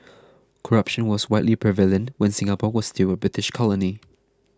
corruption was widely prevalent when Singapore was still a British colony